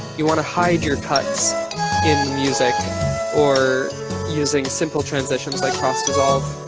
you want to hide your cuts in music or using simple transitions like cross dissolve,